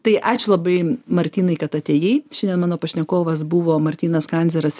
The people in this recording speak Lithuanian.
tai ačiū labai martynai kad atėjai šiandien mano pašnekovas buvo martynas kandzeras